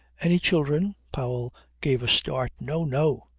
any children? powell gave a start. no! no!